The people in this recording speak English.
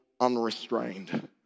unrestrained